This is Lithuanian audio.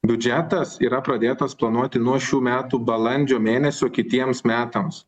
biudžetas yra pradėtas planuoti nuo šių metų balandžio mėnesio kitiems metams